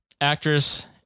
actress